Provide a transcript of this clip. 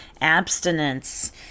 abstinence